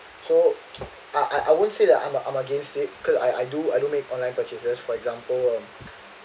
so I I won't say that I'm a I'm against it cause I I do I do make online purchases for example um